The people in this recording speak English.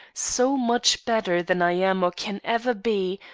so much better than i am or can ever be,